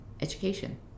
Education